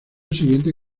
siguiente